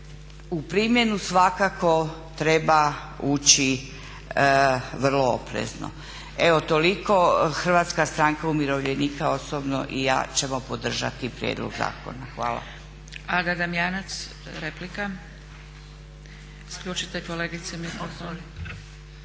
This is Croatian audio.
u primjenu svakako treba ući vrlo oprezno. Evo toliko. Hrvatska stranka umirovljenika osobno i ja ćemo podržati prijedlog zakona. Hvala. **Zgrebec, Dragica (SDP)** Ada Damjanac, replika.